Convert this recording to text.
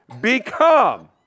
become